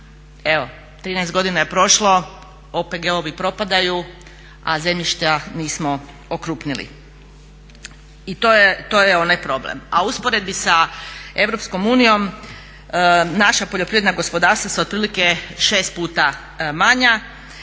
Evo 13 godina je prošlo OPG-ovi propadaju, a zemljišta nismo okrupnili i to je onaj problem. A u usporedbi sa EU naša poljoprivredna gospodarstva su otprilike šest puta manja